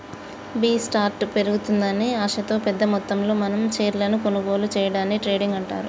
B స్టార్ట్ పెరుగుతుందని ఆశతో పెద్ద మొత్తంలో మనం షేర్లను కొనుగోలు సేయడాన్ని ట్రేడింగ్ అంటారు